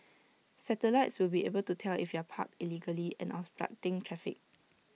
satellites will be able to tell if you're parked illegally and obstructing traffic